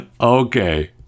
okay